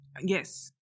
Yes